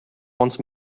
once